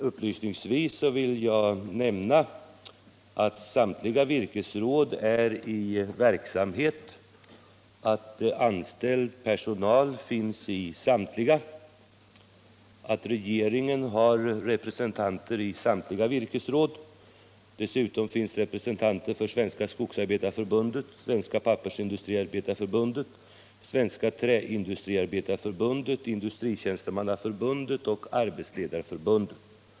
Upplysningsvis vill jag emellertid nämna att samtliga virkesråd är i verksamhet, att anställd personal finns i samtliga och att regeringen har representanter i alla virkesråden. Dessutom finns där representanter för Skogsarbetareförbundet, Pappersindustriarbetareförbundet, Träindustriarbetareförbundet, Industritjänstemannaförbundet och Arbetsledareförbundet.